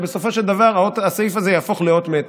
ובסופו של דבר הסעיף הזה יהפוך לאות מתה.